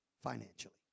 financially